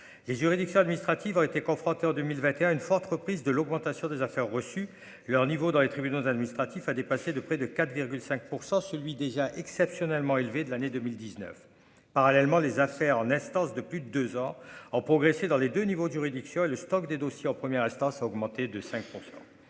les juridictions administratives ont été confrontés en 2021, une forte reprise de l'augmentation des affaires reçu leur niveau dans les tribunaux administratifs a dépassé de près de 4 5 % celui déjà exceptionnellement élevé de l'année 2019 parallèlement les affaires en instance de plus de 2 ans en progressé dans les 2 niveaux de juridiction et le stock des dossiers en première instance a augmenté de 5